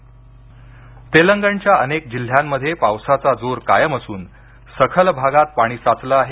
विविध राज्य पाऊस तेलंगणच्या अनेक जिल्ह्यांमध्ये पावसाचा जोर कायम असून सखल भागात पाणी साचल आहे